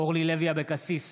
אורלי לוי אבקסיס,